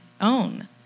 own